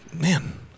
man